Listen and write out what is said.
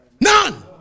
None